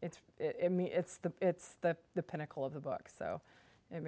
it's me it's the it's the the pinnacle of the book so it